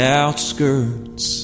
outskirts